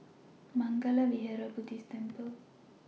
Mangala Vihara Buddhist Temple